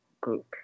group